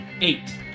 Eight